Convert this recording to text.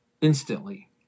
instantly